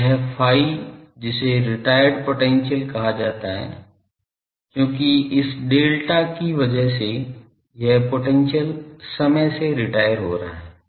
तो यह phi जिसे रिटायर्ड पोटेंशियल कहा जाता है क्योंकि इस डेल्टा की वजह से यह पोटेंशियल समय से रिटायर हो रहा है